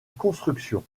construction